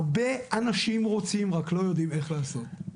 הרבה אנשים רוצים רק לא יודעים איך לעשות.